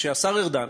שכשהשר ארדן,